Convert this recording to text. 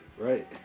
right